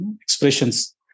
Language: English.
expressions